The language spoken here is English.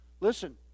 listen